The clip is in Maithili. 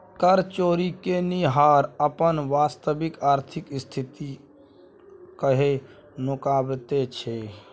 कर चोरि केनिहार अपन वास्तविक आर्थिक स्थिति कए नुकाबैत छै